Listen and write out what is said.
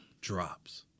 Drops